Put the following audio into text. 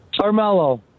Carmelo